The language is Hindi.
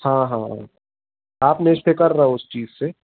हाँ हाँ हाँ आप निष्फ़िक़्र रहो उस चीज़ से